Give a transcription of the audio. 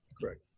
Correct